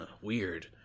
weird